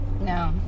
no